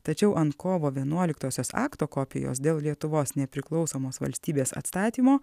tačiau ant kovo vienuoliktosios akto kopijos dėl lietuvos nepriklausomos valstybės atstatymo